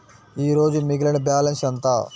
ఈరోజు మిగిలిన బ్యాలెన్స్ ఎంత?